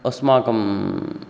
अस्माकं